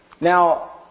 Now